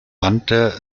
wandte